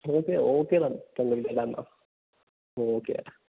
okay okay എന്നാല് എന്നാല് okay ചേട്ടാ